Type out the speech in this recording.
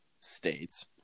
states